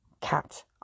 cat